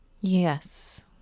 Yes